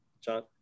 John